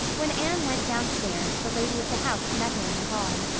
when anne went downstairs the lady of the house met her in the hall.